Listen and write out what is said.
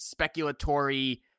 speculatory